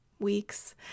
weeks